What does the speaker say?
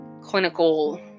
clinical